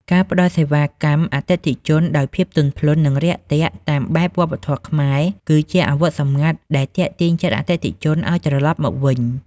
ការផ្ដល់សេវាកម្មអតិថិជនដោយភាពទន់ភ្លន់ និងរាក់ទាក់តាមបែបវប្បធម៌ខ្មែរ គឺជាអាវុធសម្ងាត់ដែលទាក់ទាញចិត្តអតិថិជនឱ្យត្រឡប់មកវិញ។